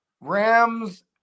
Rams